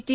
T